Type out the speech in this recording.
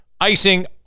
icing